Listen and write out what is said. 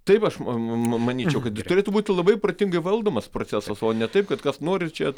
taip aš ma manyčiau kad turėtų būti labai protingai valdomas procesas o ne taip kad kas nori čia